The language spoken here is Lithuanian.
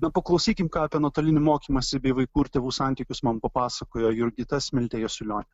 na paklausykim ką apie nuotolinį mokymąsi bei vaikų ir tėvų santykius man papasakojo jurgita smiltė jasiulionė